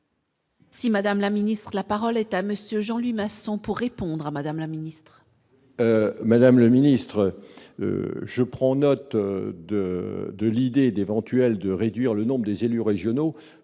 Si Madame la Ministre, la parole est à monsieur Jean-Louis Masson pour répondre à Madame la Ministre. Madame la ministre, je prends note de de l'idée d'éventuels, de réduire le nombre des élus régionaux,